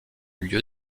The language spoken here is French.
lieu